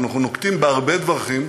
אנחנו נוקטים הרבה דרכים,